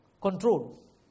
control